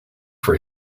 for